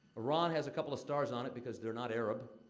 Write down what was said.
iran has a couple of stars on it because they're not arab.